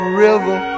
river